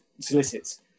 solicits